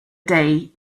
day